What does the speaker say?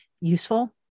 useful